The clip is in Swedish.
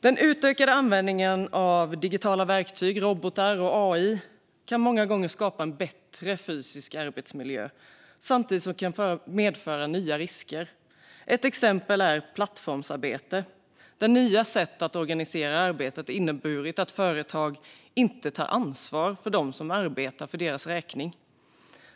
Den utökade användningen av digitala verktyg, robotar och AI kan många gånger skapa en bättre fysisk arbetsmiljö samtidigt som de kan medföra nya risker. Ett exempel är plattformsarbete, där nya sätt att organisera arbetet har inneburit att företag inte tar ansvar för dem som arbetar för deras räkning.